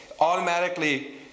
automatically